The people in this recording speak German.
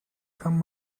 kann